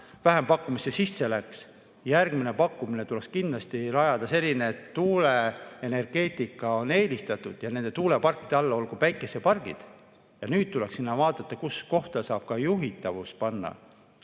vähempakkumisse sisse läks. Järgmine pakkumine tuleks kindlasti teha selline, et tuuleenergeetika oleks eelistatud ja nende tuuleparkide all olgu päikesepargid. Nüüd tuleks vaadata, kus kohta saab ka juhitava